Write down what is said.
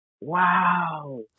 wow